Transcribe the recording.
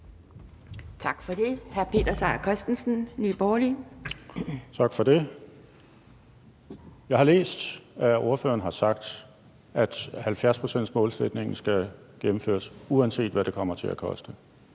Jeg har læst, at ordføreren har sagt, at 70-procentsmålsætningen skal gennemføres, uanset hvad det kommer til at koste.